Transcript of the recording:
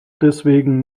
deswegen